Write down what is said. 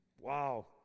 Wow